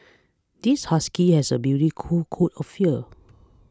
this husky has a coat coat of fear